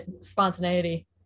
spontaneity